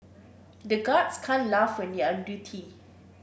the guards can't laugh when they are on duty